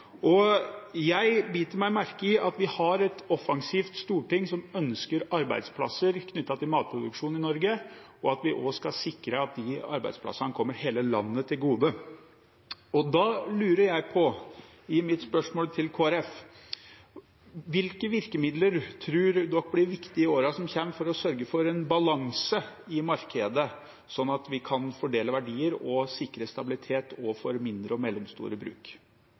vektlagt. Jeg biter meg merke i at vi har et offensivt storting som ønsker arbeidsplasser knyttet til matproduksjonen i Norge, og at vi også skal sikre at de arbeidsplassene kommer hele landet til gode. Da lurer jeg på i mitt spørsmål til Kristelig Folkeparti: Hvilke virkemidler tror de blir viktige i årene som kommer, for å sørge for en balanse i markedet, slik at vi kan fordele verdier og sikre stabilitet også for mindre og mellomstore bruk?